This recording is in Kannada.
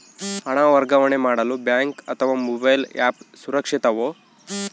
ಹಣ ವರ್ಗಾವಣೆ ಮಾಡಲು ಬ್ಯಾಂಕ್ ಅಥವಾ ಮೋಬೈಲ್ ಆ್ಯಪ್ ಸುರಕ್ಷಿತವೋ?